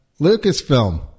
Lucasfilm